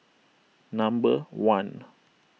number one